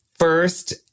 first